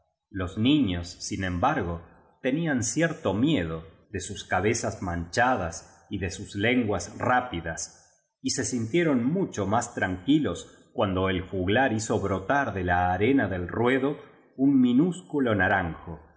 los niños sin embargo te nían cierto miedo de sus cabezas manchadas y de sus lenguas rápidas y se sintieron mucho más tranquilos cuando el juglar hizo brotar de la arena del ruedo un minúsculo naranjo que